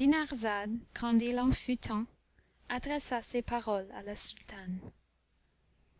en fut temps adressa ces paroles à la sultane